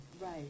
right